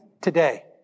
today